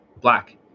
black